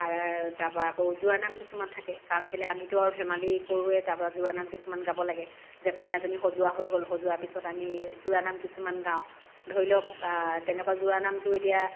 তাপা আকৌ জোৰানাম কিছুমান থাকে কাৰণ কেলৈ আমিতো আৰু ধেমালি কৰোঁৱে তাপা জোৰানাম কিছুমান গাব লাগে যে কইনাজনী সজোৱা হৈ গ'ল সজোৱাৰ পিছত আমি জোৰানাম কিছুমান গাওঁ ধৰি লক তেনেকুৱা জোৰানামটো এতিয়া